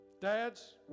Dads